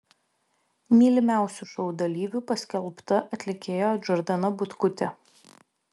mylimiausiu šou dalyviu paskelbta atlikėja džordana butkutė